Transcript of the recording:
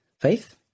faith